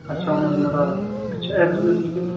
اَچھا عُمر مُراد اَچھا ایٚڈرَس ؤنِو تُہۍ ییٚتیُک